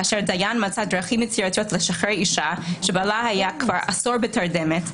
כאשר דיין מצא דרכים יצירתיות לשחרר אישה שבעלה היה כבר עשור בתרדמת,